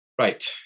right